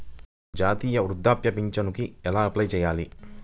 జాతీయ వృద్ధాప్య పింఛనుకి ఎలా అప్లై చేయాలి?